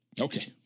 Okay